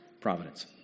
providence